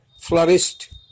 flourished